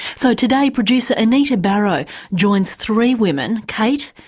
so today producer anita barraud joins three women kate,